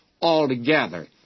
altogether